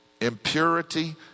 Impurity